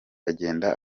agenda